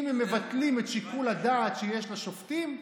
אם הם מבטלים את שיקול הדעת שיש לשופטים,